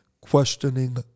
questioning